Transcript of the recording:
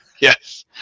yes